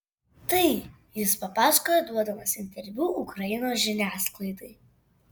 tai jis papasakojo duodamas interviu ukrainos žiniasklaidai